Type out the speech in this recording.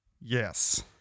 yes